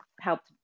helped